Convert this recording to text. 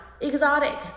exotic